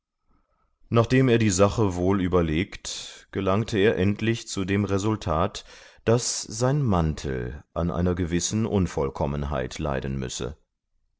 nachdem er die sache wohl überlegt gelangte er endlich zu dem resultat daß sein mantel an einer gewissen unvollkommenheit leiden müsse